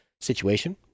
situation